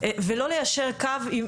ולא ליישר קו.